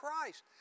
Christ